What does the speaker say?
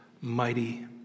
mighty